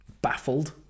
baffled